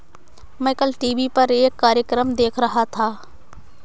मैं कल टीवी पर एक कार्यक्रम देख रहा था